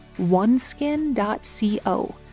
oneskin.co